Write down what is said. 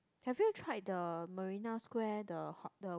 have you tried the Marina Square the hot the